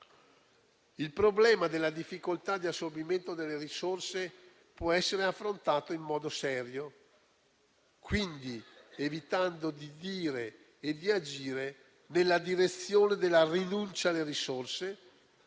Il problema della difficoltà di assorbimento delle risorse può essere affrontato in modo serio, e quindi evitando di dire e di agire nella direzione della rinuncia alle risorse